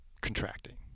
contracting